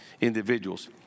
individuals